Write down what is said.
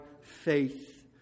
faith